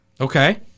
Okay